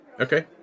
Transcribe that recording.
Okay